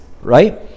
right